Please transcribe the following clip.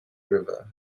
river